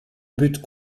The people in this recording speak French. but